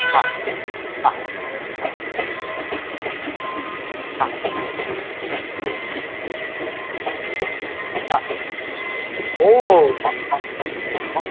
आ आ आ आ आ आ ओ अ अ